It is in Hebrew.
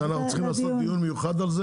אנחנו עושים הרבה דברים,